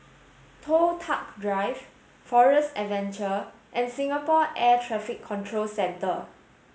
Toh Tuck Drive Forest Adventure and Singapore Air Traffic Control Centre